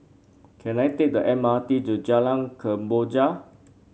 can I take the M R T to Jalan Kemboja